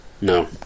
no